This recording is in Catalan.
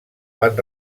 van